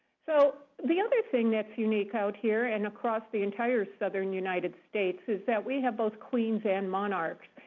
so the other thing that's unique out here and across the entire southern united states is that we have both queens and monarchs.